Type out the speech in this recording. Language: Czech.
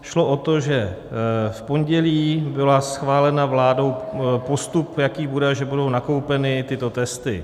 Šlo o to, že v pondělí byl schválen vládou postup, jaký bude, že budou nakoupeny tyto testy.